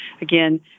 Again